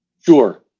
Sure